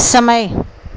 समय